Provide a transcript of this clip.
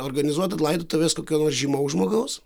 organizuoti laidotuves kokio nors žymaus žmogaus